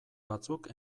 batzuk